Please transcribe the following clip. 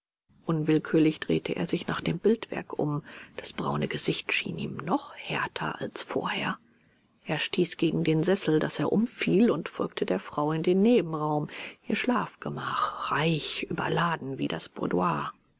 unwillkürlich drehte er sich nach dem bildwerk um das braune gesicht schien ihm noch härter als vorher er stieß gegen den sessel daß er umfiel und folgte der frau in den nebenraum ihr schlafgemach reich überladen wie das